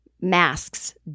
masks